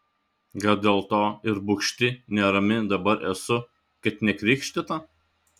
gal dėl to ir bugšti nerami dabar esu kad nekrikštyta